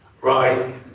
right